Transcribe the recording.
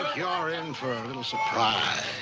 you're in for a little surprise.